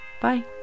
bye